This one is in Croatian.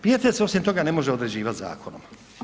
Pijetet se osim toga ne može određivati zakonom.